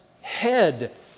head